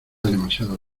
demasiado